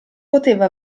poteva